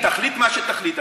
אחמד, תחליט מה שתחליט.